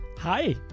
Hi